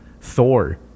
thor